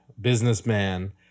businessman